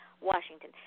Washington